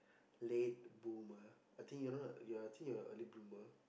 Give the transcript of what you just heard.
late bloomer I think you know I think you're a early bloomer